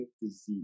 disease